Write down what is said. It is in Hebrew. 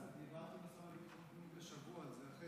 דיברתי עם השר לביטחון פנים לפני שבוע על זה,